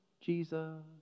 Jesus